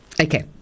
Okay